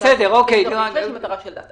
העמותה הזאת פועלת היא מטרה של דת.